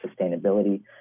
sustainability